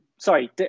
sorry